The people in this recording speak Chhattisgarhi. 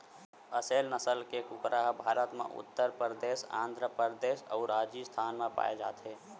असेल नसल के कुकरा ह भारत म उत्तर परदेस, आंध्र परदेस अउ राजिस्थान म पाए जाथे